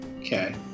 Okay